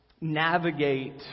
navigate